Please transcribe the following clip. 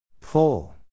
Pull